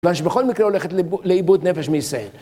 שבכל מקרה הולכת לאיבוד נפש מישראל.